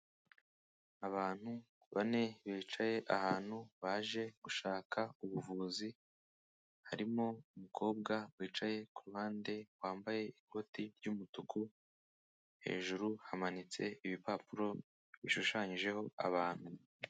Abantu bane bicaye ahantu baje gushaka ubuvuzi, harimo umukobwa wicaye ku ruhande wambaye ikoti ry'umutuku, hejuru hamanitse ibipapuro bishushanyijeho abantu.